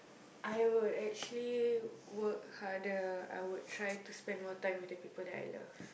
I would actually work harder I would try to spend more time with the people that I love